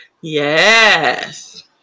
Yes